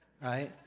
right